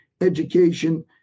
education